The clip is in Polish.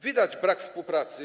Widać brak współpracy.